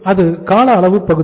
அது கால அளவு பகுதி